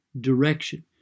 direction